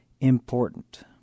important